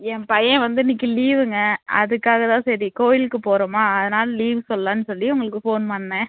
என் பையன் வந்து இன்னைக்கி லீவுங்க அதுக்காக தான் சரி கோயிலுக்கு போறோம் அதனால் லீவ் சொல்லாம்னு சொல்லி உங்களுக்கு ஃபோன் பண்ணேன்